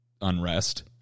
unrest